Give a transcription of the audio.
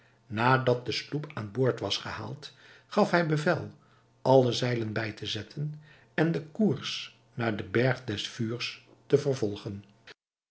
nadat de sloep aan boord was gehaald gaf hij bevel alle zeilen bij te zetten en den koers naar den berg des vuurs te vervolgen